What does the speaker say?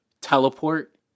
teleport